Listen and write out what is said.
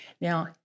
Now